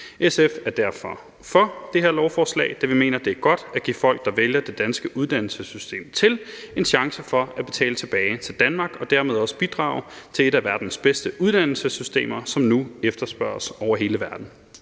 SF er derfor for det her lovforslag, da vi mener, det er godt at give folk, der vælger det danske uddannelsessystem til, en chance for at betale tilbage til Danmark og dermed også bidrage til et af verdens bedste uddannelsessystemer, som nu efterspørges over hele verden.